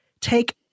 take